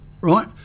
right